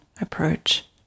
approach